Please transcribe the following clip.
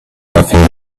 nothing